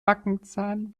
backenzahn